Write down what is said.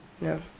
No